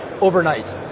overnight